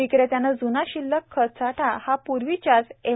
विक्रेत्याने ज्ना शिल्लक खत साठा हा पर्वीच्याच एम